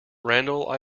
randall